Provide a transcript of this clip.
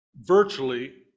virtually